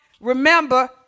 remember